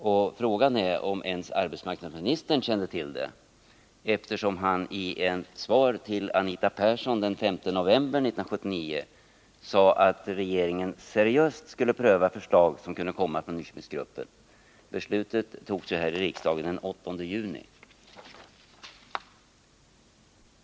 Ja, frågan är om ens arbetsmarknadsministern kände till det, eftersom han i ett svar till Anita Persson den 5 november 1979 sade att regeringen seriöst skulle pröva förslag som kunde komma från Nyköpingsgruppen. Beslutet fattades här i riksdagen den 8 juni.